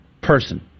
person